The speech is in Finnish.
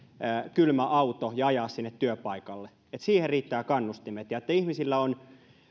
kylmä auto ja ajaa sinne työpaikalle että siihen riittää kannustimia ja että ihmisillä on